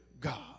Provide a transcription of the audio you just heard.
God